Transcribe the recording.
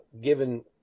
given